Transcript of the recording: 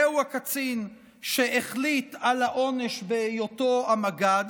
זהו הקצין שהחליט על העונש בהיותו המג"ד.